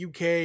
UK